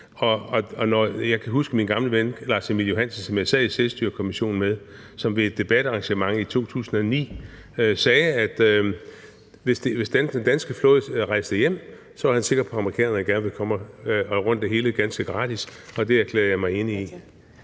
Jeg kan huske, at min gamle ven Lars-Emil Johansen, som jeg sad i Selvstyrekommissionen med, ved et debatarrangement i 2009 sagde, at hvis den danske flåde rejste hjem, var han sikker på, at amerikanerne gerne ville komme og gøre det hele ganske gratis. Og det erklærer jeg mig enig i.